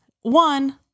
one